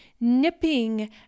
nipping